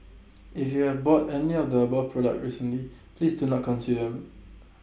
if you have bought any of the above products recently please do not consume them